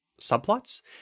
subplots